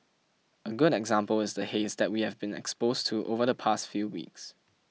a good example is the haze that we have been exposed to over the past few weeks